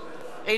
אינו נוכח